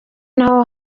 naho